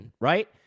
right